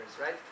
right